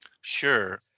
Sure